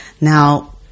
Now